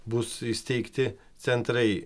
bus įsteigti centrai